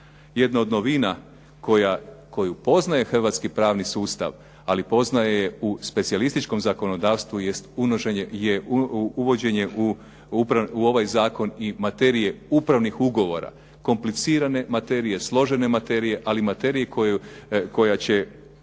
Jedna od novina koju poznaje hrvatski pravni sustav, ali poznaje je u specijalističkom zakonodavstvu jest uvođenje u ovaj zakon i materije upravnih ugovora, komplicirane materije, složene materije, ali materije koja će